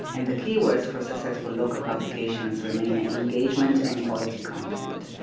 and the key words for successful local publications remain engagement and quality content.